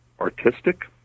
artistic